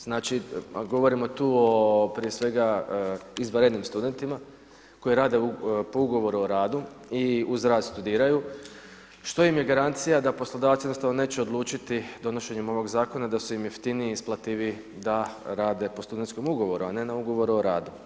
Znači, govorimo tu o prije svega, izvanrednim studentima, koji rade po ugovoru o radu i uz rad studiraju, što im je garancija da poslodavac jednostavno neće odlučiti donošenjem ovog Zakona, da su im jeftiniji, isplativiji da rade po studentskom ugovoru, a ne na ugovor o radu?